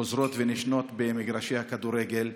חוזרות ונשנות במגרשי הכדורגל.